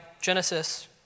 Genesis